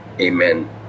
Amen